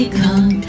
come